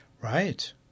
Right